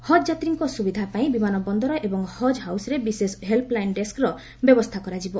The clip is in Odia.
ହଜ୍ଯାତ୍ରୀଙ୍କ ସୁବିଧା ପାଇଁ ବିମାନ ବନ୍ଦର ଏବଂ ହଜ୍ ହାଉସ୍ରେ ବିଶେଷକ ହେଲ୍ସଲାଇନ ଡେସ୍କର ବ୍ୟବସ୍ଥା କରାଯିବ